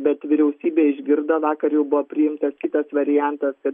bet vyriausybė išgirdo vakar jau buvo priimtas kitas variantas kad